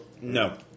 No